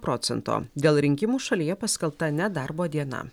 procento dėl rinkimų šalyje paskelbta nedarbo diena